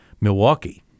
Milwaukee